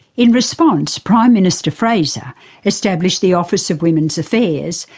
in response, prime minister fraser established the office of women's affairs,